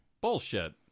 Bullshit